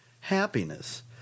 happiness